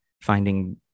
finding